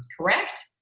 correct